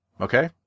Okay